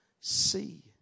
see